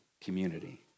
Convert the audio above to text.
community